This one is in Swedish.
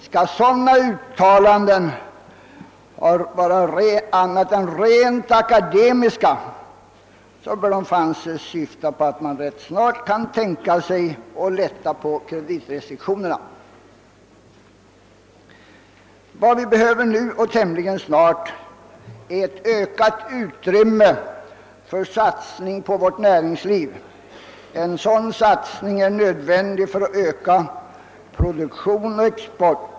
Skall sådana uttalanden vara annat än rent akademiska får de anses syfta till att man kan tänka sig att rätt snart lätta på kreditrestriktionerna. Vad vi behöver inom den närmaste tiden är ökat utrymme för satsning på vårt näringsliv. En sådan satsning är nödvändig för att öka produktion och export.